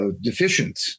deficient